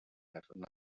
have